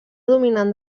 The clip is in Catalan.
dominant